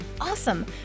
awesome